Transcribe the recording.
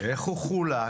איך הוא חולק?